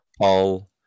Paul